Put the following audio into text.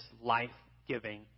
life-giving